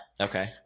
Okay